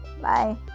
Bye